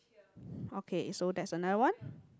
okay so that's another one